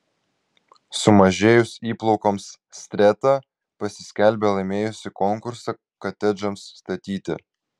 sumažėjus įplaukoms streta pasiskelbė laimėjusi konkursą kotedžams statyti